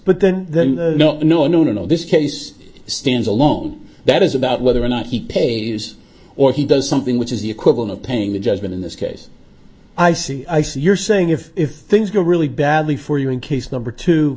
but then then no no no no this case stands alone that is about whether or not he pays or he does something which is the equivalent of paying the judgment in this case i see i see you're saying if things go really badly for you in case number two